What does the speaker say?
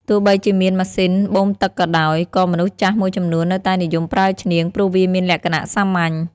ទោះបីជាមានម៉ាស៊ីនបូមទឹកក៏ដោយ ក៏មនុស្សចាស់មួយចំនួននៅតែនិយមប្រើឈ្នាងព្រោះវាមានលក្ខណៈសាមញ្ញ។